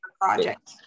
project